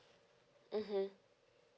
mmhmm